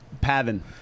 Pavin